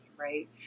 Right